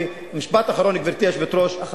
משפט אחרון, גברתי היושבת-ראש, אחרון.